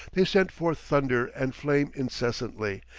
they sent forth thunder and flame incessantly,